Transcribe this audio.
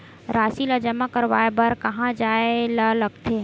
राशि ला जमा करवाय बर कहां जाए ला लगथे